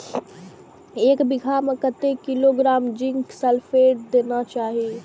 एक बिघा में कतेक किलोग्राम जिंक सल्फेट देना चाही?